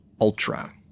Ultra